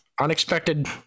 unexpected